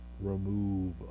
remove